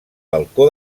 balcó